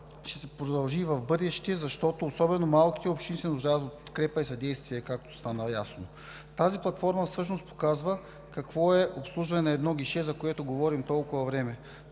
ще се продължи и в бъдеще, защото особено малките общини се нуждаят от подкрепа и съдействие, както стана ясно. Тази платформа всъщност показва какво е обслужване на едно гише, за което говорим от толкова време.